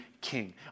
king